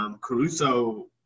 Caruso